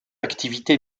activité